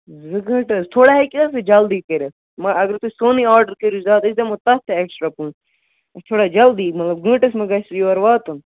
زٕ گٲنٛٹہٕ حظ تھوڑا ہیٚکِو حظ تُہۍ جلدی کٔرِتھ وۄنۍ اگر تُہۍ سونُے آڈر کٔرِو زیادٕ أسۍ دِمو تَتھ تہِ اٮ۪کٕسٹرٛا پونٛسہٕ اَسہِ چھِ تھوڑا جلدی مطلب گٲنٛٹَس منٛز گژھِ سُہ یور واتُن